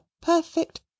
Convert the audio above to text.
perfect